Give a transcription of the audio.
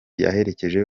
yaherekeje